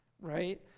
Right